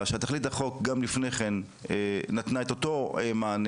שתכלית החוק גם לפני כן נתנה את אותו מענה.